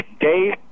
Dave